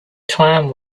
time